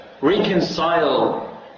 reconcile